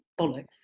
bollocks